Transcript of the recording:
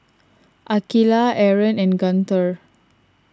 Aqilah Aaron and Guntur